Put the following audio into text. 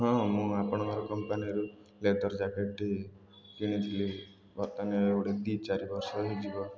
ହଁ ମୁଁ ଆପଣଙ୍କ କମ୍ପାନୀରୁ ଲେଦର୍ ଜ୍ୟାକେଟ୍ଟି କିଣିଥିଲି ବର୍ତ୍ତମାନ ଗୋଟେ ଦୁଇ ଚାରି ବର୍ଷ ହୋଇଯିବ